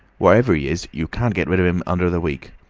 whatever he is, you can't get rid of him under the week.